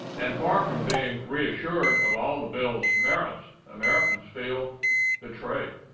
and far from being reassured of all the bill's merits, americans feel betrayed.